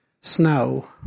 snow